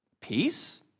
peace